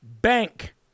bank